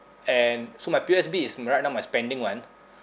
and so my P_O_S_B is right now my spending [one]